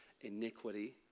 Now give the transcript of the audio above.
iniquity